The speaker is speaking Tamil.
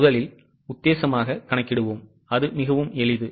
முதலில் உத்தேசமாக கணக்கிடுவோம் அது மிகவும் எளிது